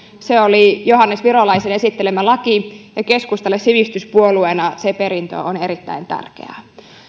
se oli johannes virolaisen esittelemä laki ja keskustalle sivistyspuolueena sen perintö on erittäin tärkeää